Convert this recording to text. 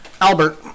Albert